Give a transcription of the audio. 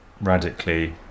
radically